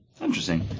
Interesting